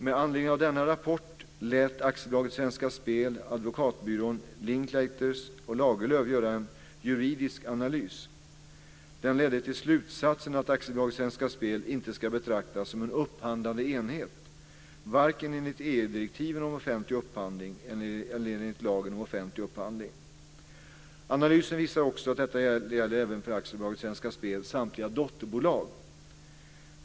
Med anledning av denna rapport lät AB Svenska Spel advokatbyrån Linklaters Lagerlöf göra en juridisk analys. Den ledde till slutsatsen att AB Svenska Spel inte ska betraktas som en upphandlande enhet, varken enligt EG-direktiven om offentlig upphandling eller enligt lagen om offentlig upphandling. Analysen visade också att detta även gäller för AB Svenska Spels samtliga dotterbolag.